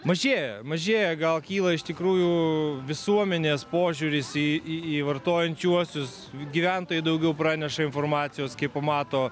mažėja mažėja gal kyla iš tikrųjų visuomenės požiūris į į vartojančiuosius gyventojai daugiau praneša informacijos kai pamato